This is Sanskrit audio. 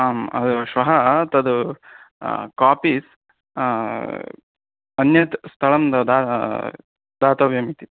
आम् अद् श्वः तद् कापीस् अन्यत् स्थलं दातव्यम् इति